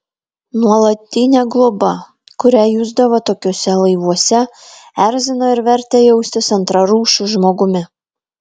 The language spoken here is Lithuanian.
nuolatinė globa kurią jusdavo tokiuose laivuose erzino ir vertė jaustis antrarūšiu žmogumi